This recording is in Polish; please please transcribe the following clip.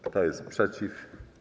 Kto jest przeciw?